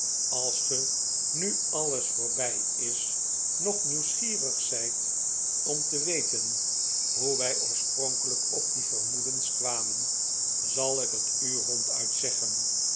als ge nu alles voorbij is nog nieuwsgierig zijt om te weten hoe'wij oorspronkelijk op die vermoedens kwamen zal ik het u ronduit zeggen